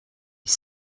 ich